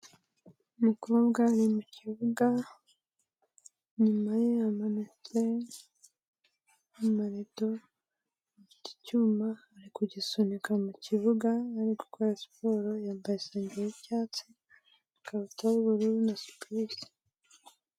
Umukobwa ari mu kibuga, inyuma ye